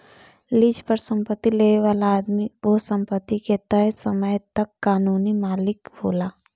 lease पर संपत्ति लेबे वाला आदमी ओह संपत्ति के तय समय तक कानूनी मालिक होला